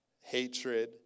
hatred